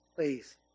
Please